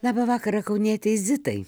labą vakarą kaunietei zitai